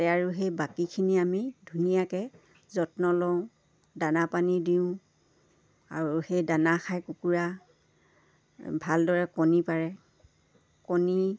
আৰু সেই বাকীখিনি আমি ধুনীয়াকৈ যত্ন লওঁ দানা পানী দিওঁ আৰু সেই দানা খাই কুকুৰা ভালদৰে কণী পাৰে কণী